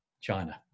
China